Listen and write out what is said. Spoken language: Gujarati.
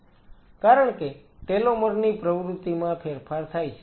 કારણ કે ટેલોમર ની પ્રવૃત્તિમાં ફેરફાર થાય છે